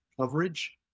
coverage